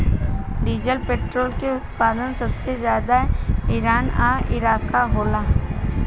diesel petrol के उत्पादन सबसे ज्यादा ईरान आ इराक होला